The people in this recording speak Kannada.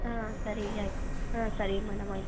ಹಾಂ ಸರಿ ಆಯಿತು ಹಾಂ ಸರಿ ಮೇಡಮ್ ಆಯಿತು